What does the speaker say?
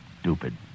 stupid